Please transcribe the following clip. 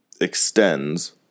extends